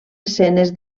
escenes